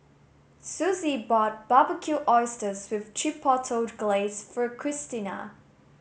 Susie bought Barbecued Oysters with Chipotle Glaze for Christina